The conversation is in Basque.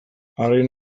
arrain